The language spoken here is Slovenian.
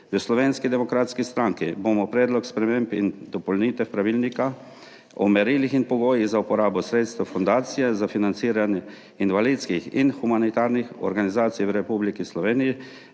V Slovenski demokratski stranki bomo Predlog sprememb in dopolnitev Pravilnika o merilih in pogojih za uporabo sredstev Fundacije za financiranje invalidskih in humanitarnih organizacij v Republiki Sloveniji